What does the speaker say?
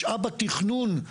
משאב התכנון,